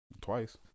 twice